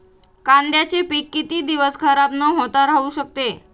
कांद्याचे पीक किती दिवस खराब न होता राहू शकते?